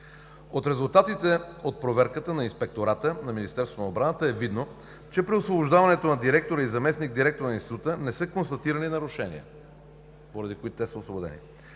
От резултатите от проверката на Инспектората на Министерството на отбраната е видно, че при освобождаването на директора и заместник-директора на Института не са констатирани нарушения, поради които те са освободени.